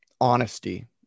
honesty